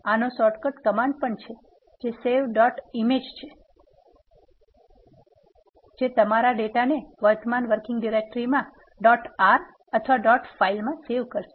આનો shortcut command પણ છે જે save dot image છે જે તમારા ડેડા ને વર્તમાન વર્કિંગ ડિરેક્ટરીમાં ડોટ આર ડેટા ફાઇલમાં સેવ કરશે